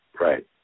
Right